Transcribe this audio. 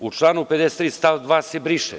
U članu 53. stav 2. se briše.